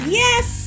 yes